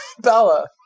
Bella